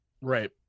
Right